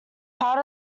part